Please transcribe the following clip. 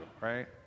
right